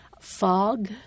Fog